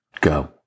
go